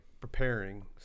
Preparing